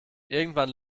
irgendwann